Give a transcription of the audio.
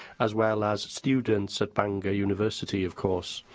as well as students at bangor university, of course.